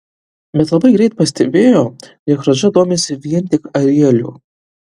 bet labai greit pastebėjo jog radža domisi vien tik arieliu